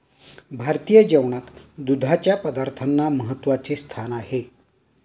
भारतीय जेवणात दुधाच्या पदार्थांना महत्त्वाचे स्थान आहे